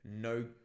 no